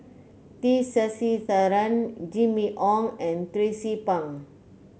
T Sasitharan Jimmy Ong and Tracie Pang